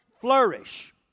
flourish